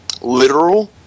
literal